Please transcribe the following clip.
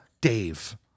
Dave